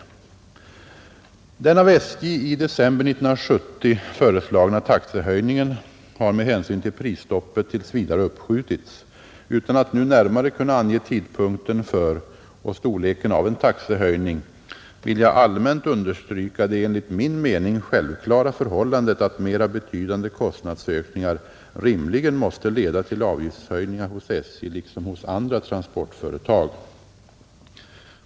Den av SJ i december 1970 föreslagna taxehöjningen har med hänsyn till prisstoppet tills vidare uppskjutits. Utan att nu närmare kunna ange tidpunkten för och storleken av en taxehöjning vill jag allmänt understryka det enligt min mening självklara förhållandet, att mera betydande kostnadsökningar rimligen måste leda till avgiftshöjningar hos SJ liksom hos andra transportföretag.